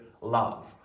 love